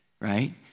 right